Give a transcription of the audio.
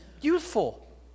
youthful